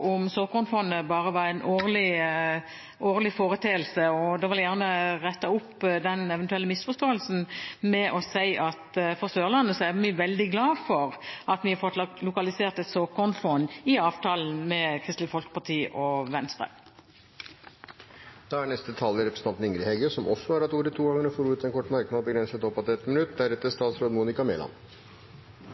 om såkornfondet bare var en årlig foreteelse. Da vil jeg gjerne rette opp den eventuelle misforståelsen med å si at på Sørlandet er vi veldig glade for at vi har fått lokalisert et såkornfond i avtalen med Kristelig Folkeparti og Venstre. Representanten Ingrid Heggø har også hatt ordet to ganger tidligere og får ordet til en kort merknad, begrenset til